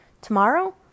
Tomorrow